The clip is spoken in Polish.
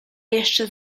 jeszcze